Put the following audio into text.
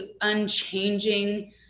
unchanging